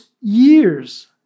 years